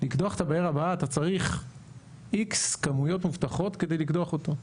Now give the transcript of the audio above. לקדוח את הבאר הבאה אתה צריך X כמויות מובטחות כדי לקדוח אותו.